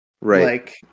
Right